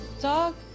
dog